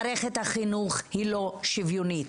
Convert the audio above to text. מערכת החינוך היא לא שוויונית